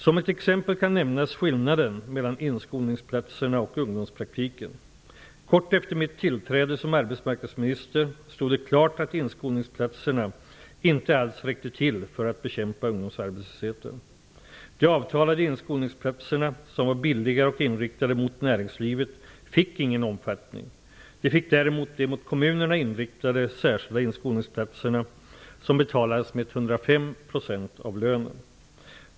Som ett exempel kan nämnas skillnaden mellan inskolningsplatserna och ungdomspraktiken. Kort efter mitt tillträde som arbetsmarknadsminister stod det klart att inskolningsplatserna inte alls räckte till för att bekämpa ungdomsarbetslösheten. De avtalade inskolningsplatserna, som var billigare och inriktade mot näringslivet, fick ingen omfattning. Det fick däremot de mot kommunerna inriktade särskilda inskolningsplatserna som betalades med 105 % av lönen.